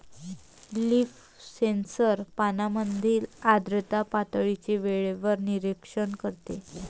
leaf sensor पानांमधील आर्द्रता पातळीचे वेळेवर निरीक्षण करते